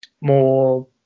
more